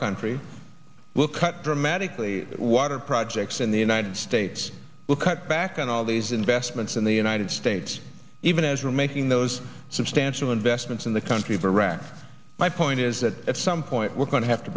country will cut dramatically water projects in the united states will cut back on all these investments in the united states even as we're making those substantial investments in the country of iraq my point is that at some point we're going to have to